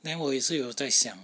then 我也是有在想